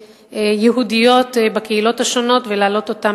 יהודיות בקהילות השונות ולהעלות אותן